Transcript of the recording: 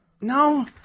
No